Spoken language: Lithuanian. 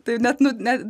tai net nu ne